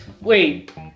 Wait